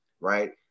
right